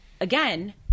again